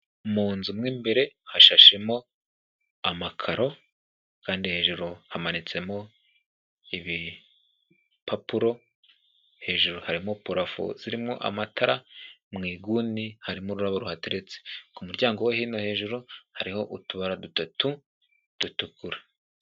Mu nzu mu imbere hashashemo amakaro kandi hejuru hamanitsemo ibipapuro, hejuru harimo purafo zirimo amatara, mu iguni harimo ururabo ruhateretse, ku muryango wo hino hejuru hariho utubara dutatu dutukura.